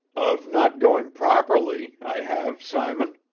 of not going properly i have, simon.